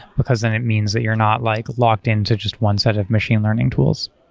because then it means that you're not like locked in to just one set of machine learning tools.